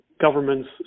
governments